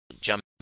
jump